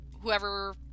whoever